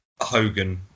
hogan